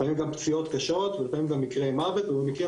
לפעמים גם פציעות קשות ולפעמים גם מקרה מוות ובמקרים